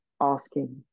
asking